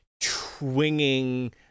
twinging